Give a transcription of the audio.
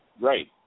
Right